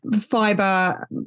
Fiber